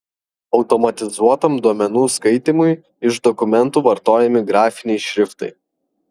automatizuotam duomenų skaitymui iš dokumentų vartojami grafiniai šriftai